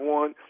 one